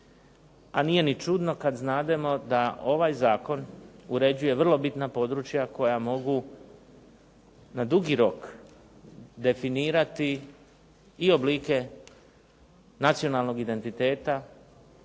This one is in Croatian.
a nije ni čudno kad znamo da ovaj zakon uređuje vrlo bitna područja koja mogu na dugi rok definirati i oblike nacionalnog identiteta,